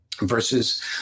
versus